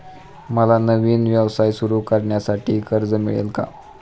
मला नवीन व्यवसाय सुरू करण्यासाठी कर्ज मिळेल का?